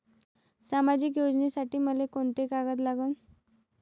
सामाजिक योजनेसाठी मले कोंते कागद लागन?